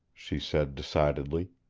she said decidedly.